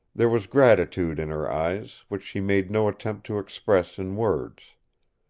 there was gratitude in her eyes, which she made no attempt to express in words.